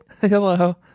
Hello